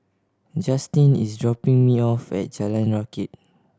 Justine is dropping me off at Jalan Rakit